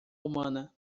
humana